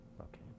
Okay